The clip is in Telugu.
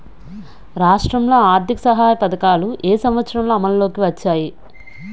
రాష్ట్రంలో ఆర్థిక సహాయ పథకాలు ఏ సంవత్సరంలో అమల్లోకి వచ్చాయి?